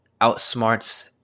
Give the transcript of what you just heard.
outsmarts